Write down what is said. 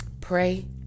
Pray